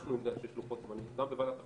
אנחנו נדע שיש לוחות-זמנים בוועדת החוקה,